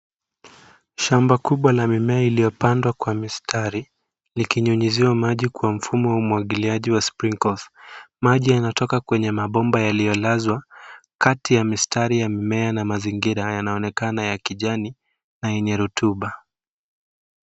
Shamba kubwa la mimea iliyopandwa kwa mistari, ikinyunyiziwa maji kwa mfuma wa umwagiliaji wa sprinkes . Maji yanatoka kwa mabomba yaliyolazwa kati ya mstari wa mimea na mazingira yanaonekana ya kijani na ya enye rotuba.